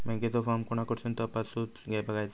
बँकेचो फार्म कोणाकडसून तपासूच बगायचा?